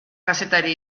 kazetari